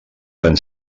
van